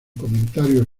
comentarios